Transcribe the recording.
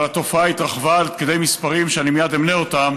אבל התופעה התרחבה עד כדי מספרים שאני מייד אמנה אותם,